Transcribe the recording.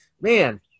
man